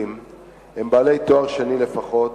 הם בעלי תואר שני לפחות,